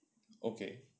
okay